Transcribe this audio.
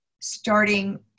starting